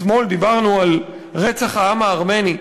אתמול דיברנו על רצח העם הארמני,